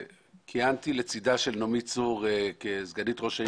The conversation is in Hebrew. כיהנתי לצדה של נעמי צור כסגנית ראש העיר